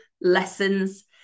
lessons